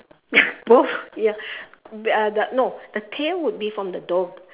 both ya uh the no the tail would be from the dog